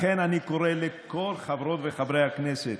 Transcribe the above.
לכן אני קורא לכל חברות וחברי הכנסת,